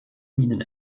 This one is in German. minen